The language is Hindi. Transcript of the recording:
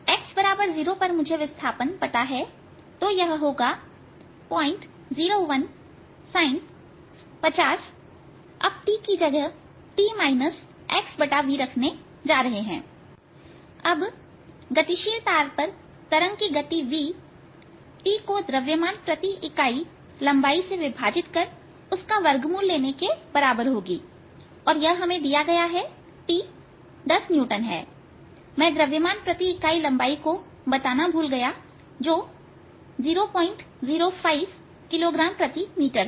x0 पर मुझे विस्थापन पता है तो यह होगा 001sin 50अब t की जगह में t xvरखने जा रहा हूं और गतिशील तार पर तरंग की गति v T को द्रव्यमान प्रति इकाई लंबाई से विभाजित कर उसका वर्गमूल लेने के बराबर होगी और यह हमें दिया गया है दिया गया है t 10 न्यूटन है मैं द्रव्यमान प्रति इकाई लंबाई को बताना भूल गयाजो 005 किलोग्राम प्रति मीटर है